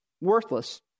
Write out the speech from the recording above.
worthless